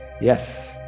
Yes